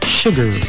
sugar